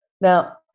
Now